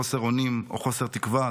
חוסר אונים או חוסר תקווה,